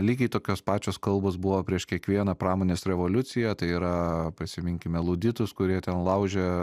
lygiai tokios pačios kalbos buvo prieš kiekvieną pramonės revoliuciją tai yra prisiminkime luditus kurie ten laužė